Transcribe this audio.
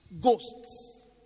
ghosts